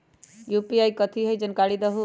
UPI कथी है? जानकारी दहु